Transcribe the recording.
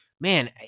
man